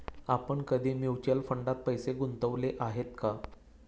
आपण कधी म्युच्युअल फंडात पैसे गुंतवले आहेत का?